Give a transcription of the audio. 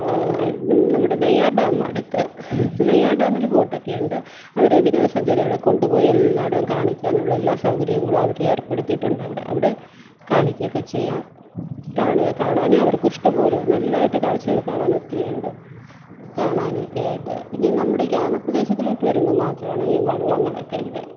നമ്മുടെ നെയ്യാർഡാമിന് അടുത്ത് നെയ്യാർ ഡാമിൽ ബോട്ടൊക്കെ ഉണ്ട് അവർ വിനോദസഞ്ചാരികളെ കൊണ്ടു പോയി എല്ലാടോം കാണിക്കാനുള്ള എല്ലാ സൗകര്യങ്ങളും അവർ ഏർപ്പെടുത്തിയിട്ടുണ്ട് അവിടെ അവിടെ കാണിക്കുകയൊക്കെ ചെയ്യാം കാണാനും അവർക്ക് ഇഷ്ട്ടം പോലെ നല്ലതായിട്ട് കാഴ്ച്ചകൾ കാണാൻ ഒത്തിരിയുണ്ട് കാണാനൊക്കെ ആയിട്ട് പിന്നെ നമ്മുടെ ഗ്രാമപ്രദേശത്തിലോട്ട് വരുമ്പം മാത്രാണ് ഈ വള്ളങ്ങളൊക്കെ ഇവിടെ